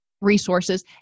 resources